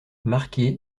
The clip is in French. marqué